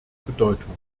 bedeutung